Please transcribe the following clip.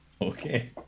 Okay